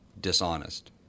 dishonest